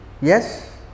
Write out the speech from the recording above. Yes